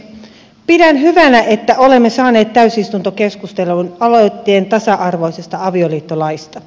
pidän hyvänä että olemme saaneet täysistuntokeskusteluun aloitteen tasa arvoisesta avioliittolaista